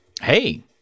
hey